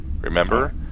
remember